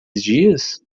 dias